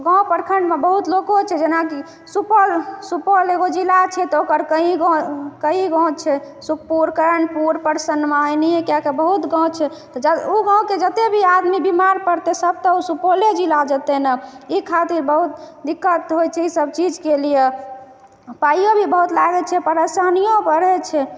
गाँव प्रखण्डमे बहुत लोको छै जेनाकि सुपौल सुपौल एगो जिला छै तऽ ओकर कई गाँव छै सुखपुर कर्णपुर परसन एहिना कए कऽ बहुत गाँव छै ओ गाँवके जते भी आदमी बीमार रहै छै सब तऽ सुपौले जिला जेतै एहि खातिर बहुत दिक्कत होइ छै सब चीजके लिए पाइयो भी बहुत लागै छै परेशानियो बढ़ै छै